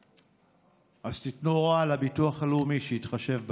אז תיתנו הוראה לביטוח הלאומי שיתחשב בהם.